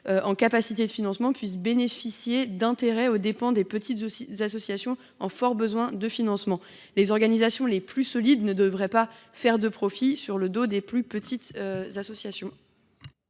de capacités de financement puissent bénéficier d’intérêts aux dépens de petites associations en besoin de financement. Les organisations les plus solides ne doivent pas pouvoir faire de profit sur le dos des structures les plus